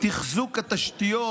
לתחזוק התשתיות